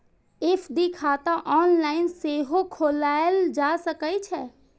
FD खाता online सेहो खोलाएल जा सकै छै